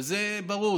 וזה ברור.